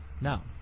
Now